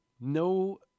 no